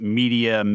media